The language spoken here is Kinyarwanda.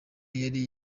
yari